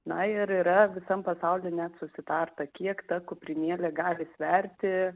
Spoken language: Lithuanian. na ir yra visam pasauly net susitarta kiek ta kuprinėlė gali sverti